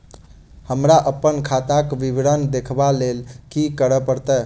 हमरा अप्पन खाताक विवरण देखबा लेल की करऽ पड़त?